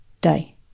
day